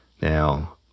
Now